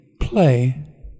play